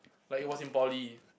like it was in Poly